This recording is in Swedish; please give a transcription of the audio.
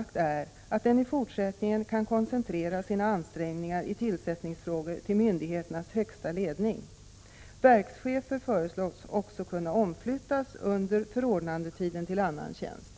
1986/87:127 fortsättningen kan koncentrera sina ansträngningar i tillsättningsfrågor till 20 maj 1987 myndigheternas högsta ledning. Verkschefer föreslås också kunna omflyttas E till annan tjänst under förordnandetiden. Granskäingnvsitr: